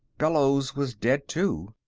bellows was dead too.